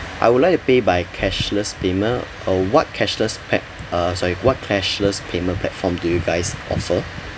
I would like pay by cashless payment uh what cashless pa~ uh sorry what cashless payment platform do you guys offer